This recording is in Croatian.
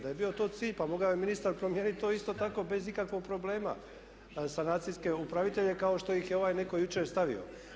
Da je bio to cilj pa mogao je ministar promijeniti to isto tako bez ikakvog problema sanacijske upravitelje kao što ih je ovaj netko jučer stavio.